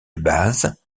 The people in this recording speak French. bases